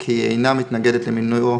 כי היא אינה מתנגדת למינויו